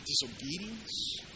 disobedience